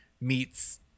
meets